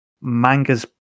Manga's